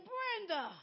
Brenda